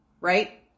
Right